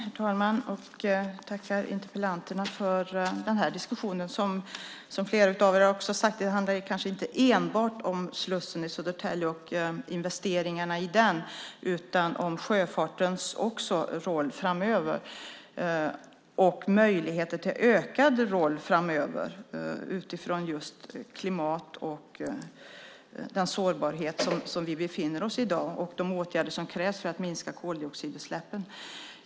Herr talman! Jag vill tacka deltagarna i denna interpellationsdebatt för den här diskussionen. Som flera av er har sagt handlar det kanske inte enbart om slussen i Södertälje och om investeringar i den utan också om sjöfartens roll framöver och dess möjligheter att spela en större roll framöver utifrån klimatet och den sårbara situation som vi i dag befinner oss i och utifrån de åtgärder som krävs för att minska koldioxidutsläppen.